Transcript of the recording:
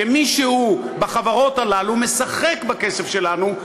שמישהו בחברות הללו משחק בכסף שלנו,